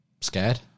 scared